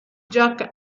gioca